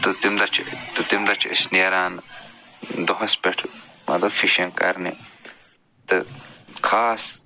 تہٕ تَمہِ دۄہ چھِ تَمہِ دۄہ چھِ أسۍ نیران دۄہَس پٮ۪ٹھ مطلب فِشِنٛگ کرنہِ تہٕ خاص